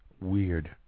weird